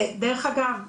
דרך אגב,